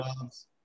jobs